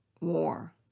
war